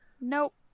Nope